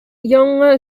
яңа